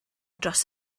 dros